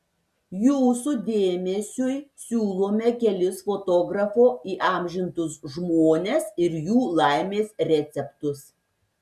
jūsų dėmesiui siūlome kelis fotografo įamžintus žmones ir jų laimės receptus